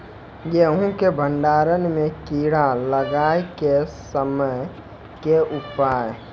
गेहूँ के भंडारण मे कीड़ा लागय के समस्या के उपाय?